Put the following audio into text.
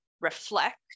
reflect